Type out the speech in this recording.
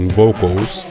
vocals